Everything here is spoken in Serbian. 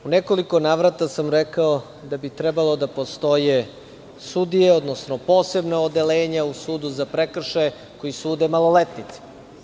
U nekoliko navrata sam rekao da bi trebalo da postoje sudije, odnosno posebna odeljenja u sudu za prekršaje koji sude maloletnicima.